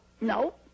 no